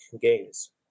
games